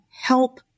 help